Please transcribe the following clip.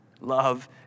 Love